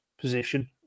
position